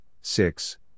six